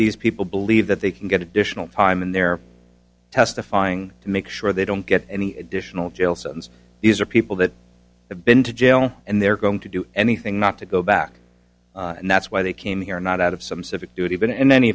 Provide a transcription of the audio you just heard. these people believe that they can get additional time in their testifying to make sure they don't get any additional jail sentence these are people that have been to jail and they're going to do anything not to go back and that's why they came here not out of some civic duty even